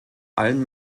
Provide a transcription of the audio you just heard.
allen